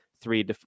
three